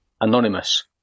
Anonymous